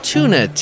Tuna